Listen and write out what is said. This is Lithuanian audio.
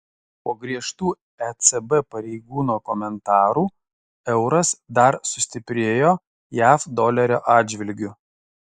po griežtų ecb pareigūno komentarų euras dar sustiprėjo jav dolerio atžvilgiu